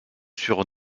sur